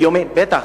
באיומים, בטח.